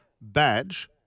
Badge